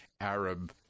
Arab